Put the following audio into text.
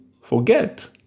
forget